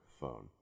phone